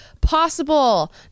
possible